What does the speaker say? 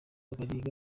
bariga